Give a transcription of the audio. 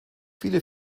viele